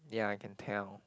ya I can tell